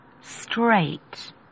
straight